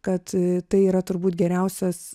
kad tai yra turbūt geriausias